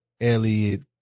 Elliott